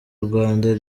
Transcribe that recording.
rwanda